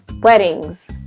Weddings